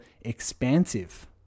expansive